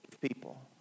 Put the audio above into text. people